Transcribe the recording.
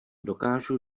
dokážu